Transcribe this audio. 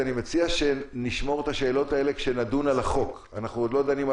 הפעולה שהשב"כ עושה היא הפעולה של